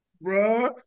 Bro